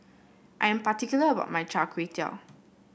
I am particular about my Char Kway Teow